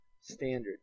standard